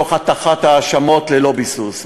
תוך הטחת האשמות ללא ביסוס,